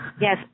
Yes